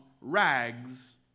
rags